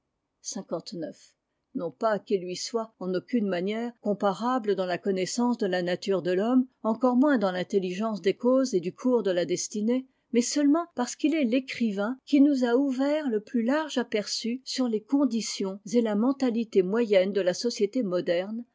non pas qu'il lui soit en aucune manière comparable dans la connaissance de la nature de l'homme encore moins dans l'intelligence des causes et du cours de la destinée mais seulement parce qu'il est l'écrivain qui nous a ouvert le plus large aperçu sur les conditions et la mentalité moyenne de la société moderne